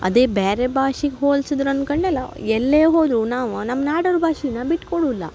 ಅದೇ ಬೇರೆ ಭಾಷೆಗೆ ಹೋಲ್ಸಿದ್ರೆ ಅನ್ಕೊಂಡು ಎಲ್ಲ ಎಲ್ಲೇ ಹೋದರೂ ನಾವು ನಮ್ಮ ನಾಡೋರ ಭಾಷೆನ ಬಿಟ್ಟುಕೊಡುಲ್ಲ